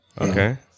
Okay